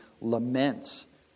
laments